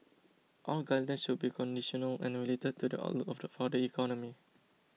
all guidance should be conditional and related to the outlook for the economy